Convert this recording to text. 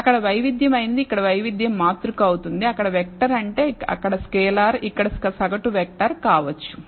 అక్కడ వైవిధ్యం అయినది ఇక్కడ వైవిధ్యం మాతృక అవుతుంది అక్కడ వెక్టర్ అంటే అక్కడ స్కేలార్ ఇక్కడ సగటు వెక్టర్ కావచ్చు